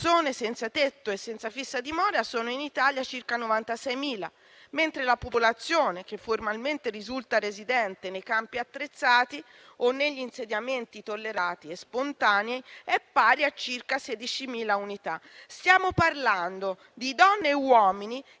senza tetto e senza fissa dimora sono in Italia circa 96.000, mentre la popolazione che formalmente risulta residente nei campi attrezzati o negli insediamenti tollerati e spontanei è pari a circa 16.000 unità. Stiamo parlando di donne e uomini che